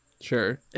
Sure